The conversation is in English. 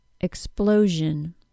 Explosion